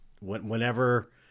whenever